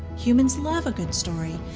humans love a good story,